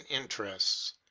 interests